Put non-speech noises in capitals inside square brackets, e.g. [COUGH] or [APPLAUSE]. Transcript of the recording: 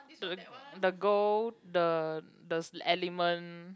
[NOISE] the gold the this element